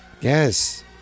Yes